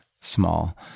small